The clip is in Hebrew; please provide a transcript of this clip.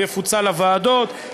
הוא יפוצל לוועדות,